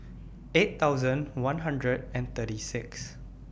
eight thousand one hundred and thirty six